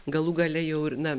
galų gale jau ir na